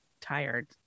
tired